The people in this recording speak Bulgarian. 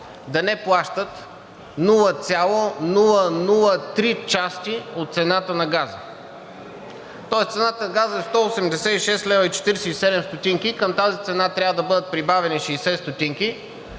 да не плащат 0,003 части от цената на газа. Тоест цената на газа е 186 лв. и 47 ст. и към тази цена трябва да бъдат прибавени 60